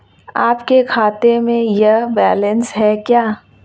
आपके खाते में यह बैलेंस है क्या?